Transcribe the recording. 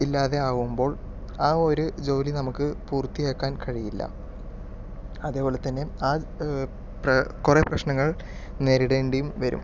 ഇല്ലാതെ ആവുമ്പോൾ ആ ഒരു ജോലി നമുക്ക് പൂർത്തിയാക്കാൻ കഴിയില്ല അതേപോലെത്തന്നെ ആ കുറേ പ്രശ്നങ്ങൾ നേരിടേണ്ടിയും വരും